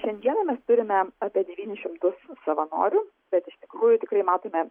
šiandieną mes turime apie devynis šimtus savanorių bet iš tikrųjų tikrai matome